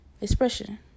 expression